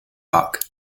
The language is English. buck